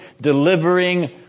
delivering